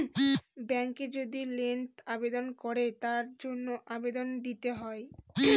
ব্যাঙ্কে যদি লোন আবেদন করে তার জন্য আবেদন দিতে হয়